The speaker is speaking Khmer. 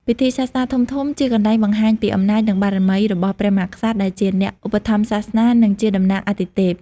ពិធីសាសនាធំៗជាកន្លែងបង្ហាញពីអំណាច និងបារមីរបស់ព្រះមហាក្សត្រ ដែលជាអ្នកឧបត្ថម្ភសាសនា និងជាតំណាងអាទិទេព។